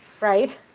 right